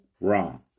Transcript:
wrong